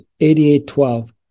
8812